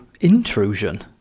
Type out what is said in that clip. intrusion